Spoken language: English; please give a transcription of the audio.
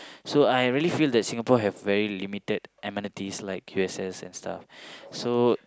so I really feel like Singapore have very limited amenities like U_S_S and stuff so